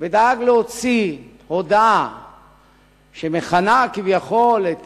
ודאג להוציא הודעה שמכנה כביכול את